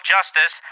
Justice